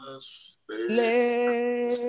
slave